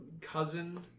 cousin